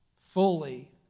fully